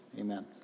amen